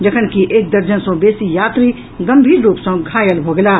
जखनकि एक दर्जन सँ बेसी यात्री गम्भीर रूप सँ घायल भऽ गेलाह